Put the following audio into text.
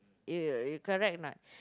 you you you correct or not